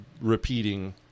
repeating